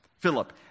Philip